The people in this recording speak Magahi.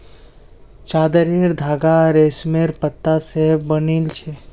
चादरेर धागा रेशमेर पत्ता स बनिल छेक